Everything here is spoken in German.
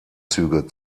züge